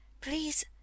Please—